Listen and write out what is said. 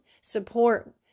support